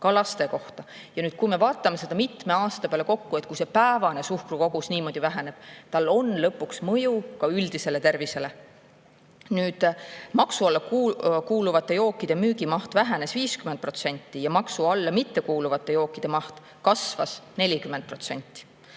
ka lapse kohta. Kui me vaatame seda mitme aasta peale kokku, siis näeme, et kui see päevane suhkrukogus niimoodi väheneb, on sel lõpuks mõju ka üldisele tervisele. Maksu alla kuuluvate jookide müügimaht vähenes 50% ja maksu alla mittekuuluvate jookide maht kasvas 40%.